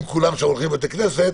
אם כולם הולכים שם לבית כנסת,